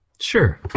Sure